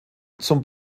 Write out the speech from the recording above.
zum